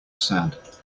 sad